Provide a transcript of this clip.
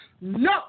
No